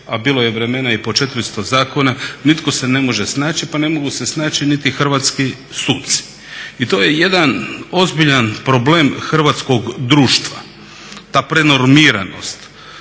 a bilo je vremena i po 400 zakona, nitko se ne može snaći pa ne mogu se snaći niti hrvatski suci. I to je jedan ozbiljan problem hrvatskog društva, ta prenormiranost